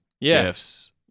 gifts